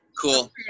cool